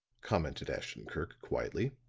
commented ashton-kirk, quietly.